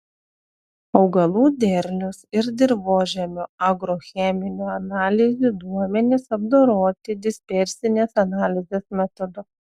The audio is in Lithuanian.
augalų derlius ir dirvožemio agrocheminių analizių duomenys apdoroti dispersinės analizės metodu